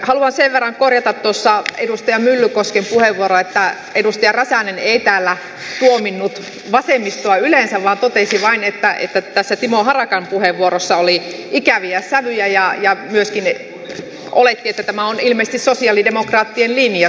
haluan sen verran korjata edustaja myllykosken puheenvuoroa että edustaja räsänen ei täällä tuominnut vasemmistoa yleensä vaan totesi vain että tässä timo harakan puheenvuorossa oli ikäviä sävyjä ja myöskin oletti että tämä on ilmeisesti sosialidemokraattien linja